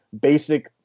basic